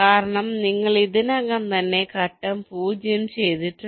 കാരണം നിങ്ങൾ ഇതിനകം തന്നെ ഘട്ടം 0 ചെയ്തിട്ടുണ്ട്